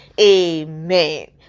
amen